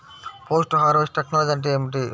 Post harvest technology అంటే ఏమిటి?